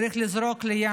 צריך לזרוק לים,